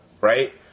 right